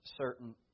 certain